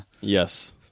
Yes